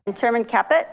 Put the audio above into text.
ah chairman captu.